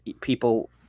people